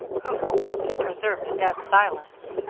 who for once had preserved a dead silence.